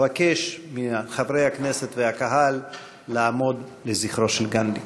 אבקש מחברי הכנסת והקהל לעמוד לזכרו של גנדי.